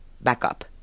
backup